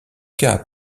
cas